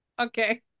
Okay